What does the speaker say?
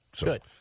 Good